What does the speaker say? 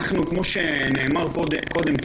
כפי שנאמר קודם,